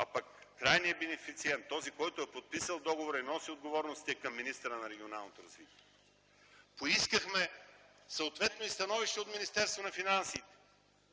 а пък крайният бенефициент, този който е подписал договорът и носи отговорностите е към министъра на регионалното развитие и благоустройството. Поискахме съответно и становище от Министерството на финансите.